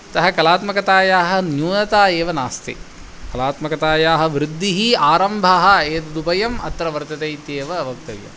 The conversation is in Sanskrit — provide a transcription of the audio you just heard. अतः कलात्मकतायाः न्यूनता एव नास्ति कलात्मकतायाः वृद्धिः आरम्भः एतदुभयम् अत्र वर्तते इत्येव वक्तव्यं